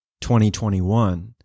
2021